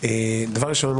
דבר ראשון,